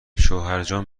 شوهرجان